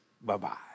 Bye-bye